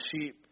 sheep